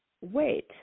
wait